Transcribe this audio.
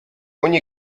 ogni